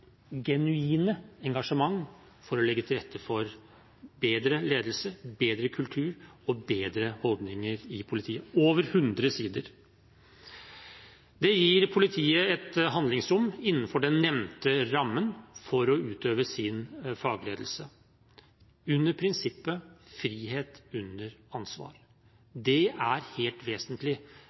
genuine engasjement for å legge til rette for bedre ledelse, bedre kultur og bedre holdninger i politiet – over 100 sider. Det gir politiet et handlingsrom innenfor de nevnte rammene for å utøve sin fagledelse under prinsippet om frihet under ansvar. Det er helt vesentlig.